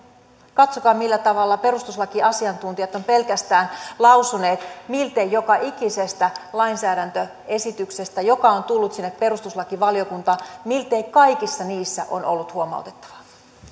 katsokaa millä tavalla perustuslakiasiantuntijat ovat pelkästään lausuneet miltei joka ikisestä lainsäädäntöesityksestä joka on tullut sinne perustuslakivaliokuntaan miltei kaikissa niissä on ollut huomautettavaa